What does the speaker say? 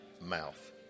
mouth